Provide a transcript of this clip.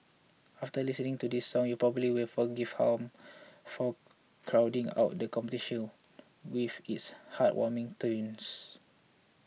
after listening to this song you probably will forgive Home for crowding out the competition with its heartwarming tunes